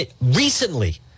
Recently